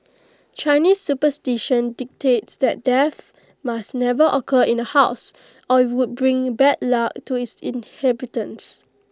Chinese superstition dictates that death must never occur in A house or IT would bring bad luck to its inhabitants